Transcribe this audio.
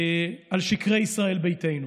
על שקרי ישראל ביתנו.